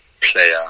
player